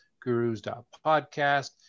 gurus.podcast